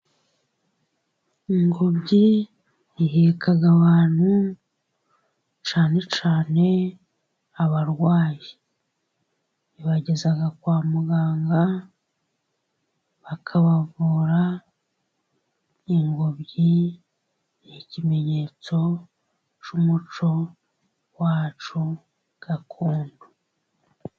Ingobyi iheka abantu cyane cyane abarwayi. Ibageza kwa muganga bakabavura, ingobyi ni ikimenyetso cy'umuco wacu gakondo.